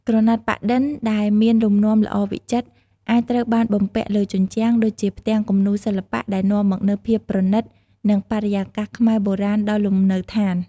ក្រណាត់ប៉ាក់-ឌិនដែលមានលំនាំល្អវិចិត្រអាចត្រូវបានបំពាក់លើជញ្ជាំង ដូចជាផ្ទាំងគំនូរសិល្បៈ ដែលនាំមកនូវភាពប្រណិត និងបរិយាកាសខ្មែរបុរាណដល់លំនៅឋាន។